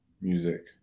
music